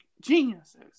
geniuses